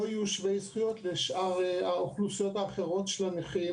יהיו שווי זכויות לשאר האוכלוסיות האחרות של הנכים.